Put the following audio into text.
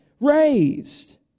raised